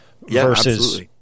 versus